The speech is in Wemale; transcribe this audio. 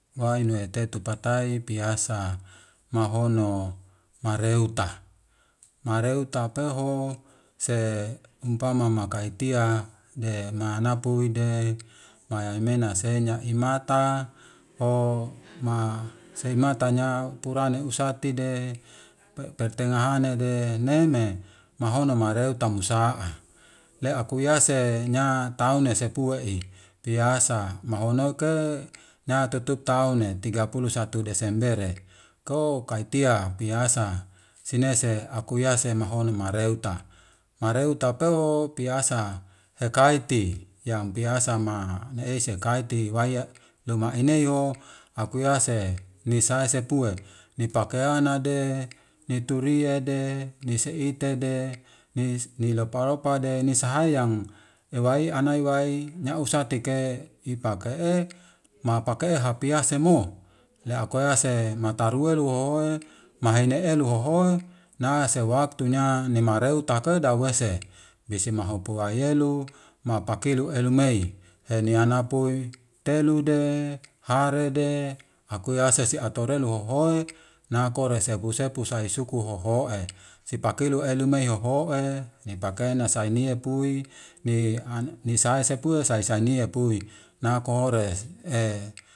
Wai nue tetu patai piasa mahhono mareuta, mareuta peho se umpama makitia demana puede maiy aimena senya imata o`ma simatanya purane usatide petengahanade neme mahono mureu ta musa'a. La akakuyase nya taune sepuei piasa mahonke nya tetu taune tiga pulu satu desembere ko kaitia piasa sinese akuyase mahono mareuta, mareu tapeho piasa hekaiti yang piasa ma neesi kaiti waya luma eneiho akuyase ni sai sepue ni pakiyanade, ni turiade, ni siitede, ni leparupa de nisayang ewai anai wai nyausatake ipake'e mapake'e hapiasemo, le akuyase matarue hohoe mahenielu hohoe na sewaktunya nimareu take dawese desi mahupa mayelu, amapakilu elumei enianapui telude harede akuyase si ature ne hohoe nakorese sepu sepu sai suku hohoe, sipakili elumei hohoe nikapena sainia pui ni saepui saisania pui nakohore.